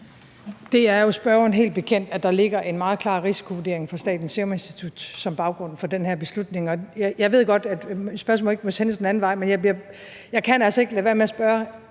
Det er jo spørgeren helt bekendt, at der ligger en meget klar risikovurdering fra Statens Serum Institut som baggrund for den her beslutning. Jeg ved godt, at spørgsmål ikke må sendes den anden vej, men jeg kan altså ikke lade være med at spørge,